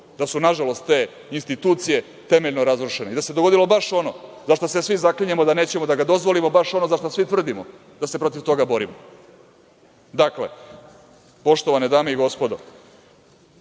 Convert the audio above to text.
da su nažalost te institucije temeljno razrušene i da se dogodilo baš ono za šta se svi zaklinjemo da nećemo da ga dozvolimo, baš ono za šta svi tvrdimo da se protiv toga borimo? Dakle, poštovane dame i gospodo,